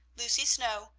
lucy snow,